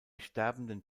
sterbenden